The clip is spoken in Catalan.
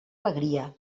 alegria